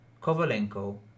Kovalenko